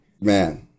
Man